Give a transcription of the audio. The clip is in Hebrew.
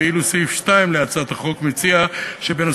ואילו סעיף 2 להצעת החוק מציע שנוסף